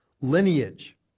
Lineage